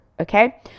okay